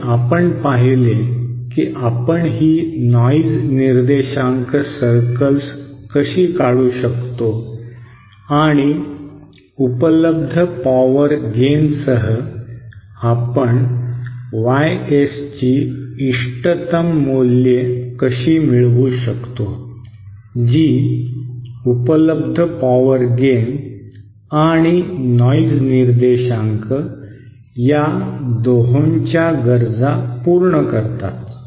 आणि आपण पाहिले की आपण ही नॉइज निर्देशांक सर्कल्स कशी काढू शकतो आणि उपलब्ध पॉवर गेनसह आपण YS ची इष्टतम मूल्ये कशी मिळवू शकतो जी उपलब्ध पॉवर गेन आणि नॉइज निर्देशांक या दोहोंच्या गरजा पूर्ण करतात